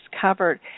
covered